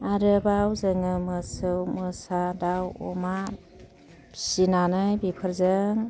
आरोबाव जोङो मोसौ मोसा दाउ अमा फिसिनानै बिफोरजों